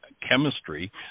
chemistry